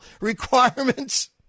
requirements